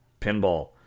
pinball